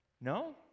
No